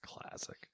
Classic